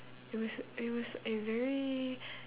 it was it was a very